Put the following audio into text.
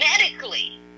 medically